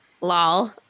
Lol